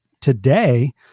today